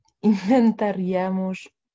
inventaríamos